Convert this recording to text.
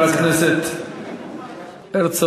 חבר הכנסת הרצוג,